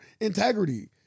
integrity